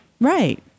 Right